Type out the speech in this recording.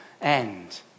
end